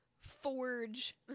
forge